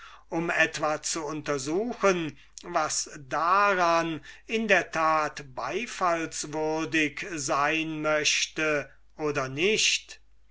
um etwa zu untersuchen was daran in der tat beifallswürdig sein möchte oder nicht